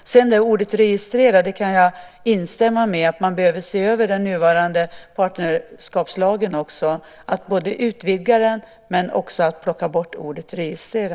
När det gäller ordet "registrera" kan jag instämma i att man behöver se över den nuvarande partnerskapslagen, att både utvidga den och plocka bort ordet "registrera".